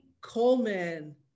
Coleman